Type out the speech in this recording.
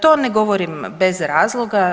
To ne govorim bez razloga.